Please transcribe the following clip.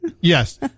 Yes